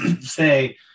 say